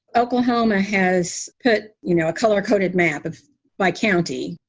oklahoma has put you know a color coded map of my county.